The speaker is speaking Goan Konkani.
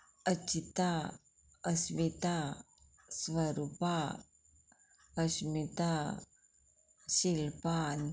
अचिता अश्वेता स्वरुपा अश्मिता शिल्पान